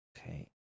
Okay